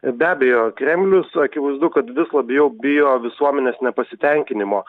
be abejo kremlius akivaizdu kad vis labiau bijo visuomenės nepasitenkinimo